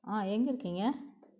ஆ எங்கே இருக்கீங்க